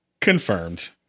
Confirmed